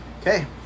Okay